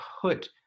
put